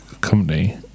company